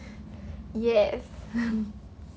yes